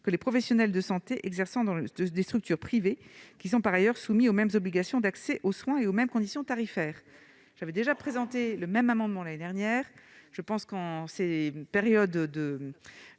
que les professionnels de santé exerçant dans des structures privées, qui sont par ailleurs soumises aux mêmes obligations d'accès aux soins et aux mêmes conditions tarifaires. J'ai présenté un amendement similaire l'année dernière. En cette période où